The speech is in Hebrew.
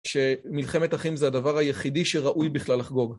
שמלחמת החיים זה הדבר היחידי שראוי בכלל לחגוג.